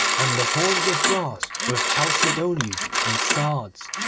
and the horns of brass with chalcedonies and sards.